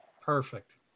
perfect